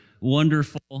wonderful